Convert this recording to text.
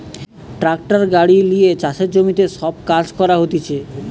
tractor গাড়ি লিয়ে চাষের জমিতে সব কাজ করা হতিছে